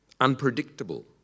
unpredictable